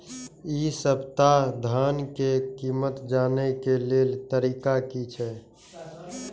इ सप्ताह धान के कीमत जाने के लेल तरीका की छे?